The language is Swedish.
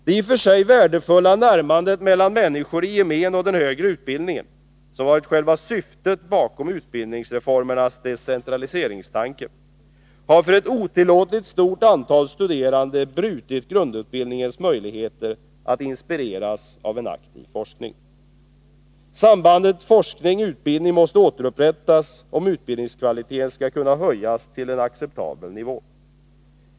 Det i och för sig värdefulla närmandet mellan människor i gemen och den högre utbildningen — som varit själva syftet bakom utbildningsreformernas decentraliseringstanke — har för ett otillåtligt stort antal studerande brutit grundutbildningens möjligheter att inspireras av en aktiv forskning. Sambandet forskning-utbildning måste återupprättas om utbildningskvaliteten skall kunna höjas till en acceptabel nivå.